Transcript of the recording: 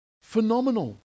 Phenomenal